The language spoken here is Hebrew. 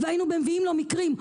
והיינו מביאים לו מקרים.